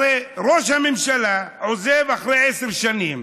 הרי ראש הממשלה עוזב אחרי עשר שנים,